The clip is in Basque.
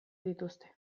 dituzte